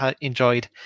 Enjoyed